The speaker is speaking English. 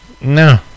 No